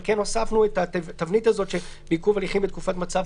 אבל כן הוספנו את התבנית הזו של "בעיכוב הליכים בתקופת מצב